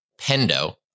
Pendo